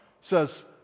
says